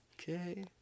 Okay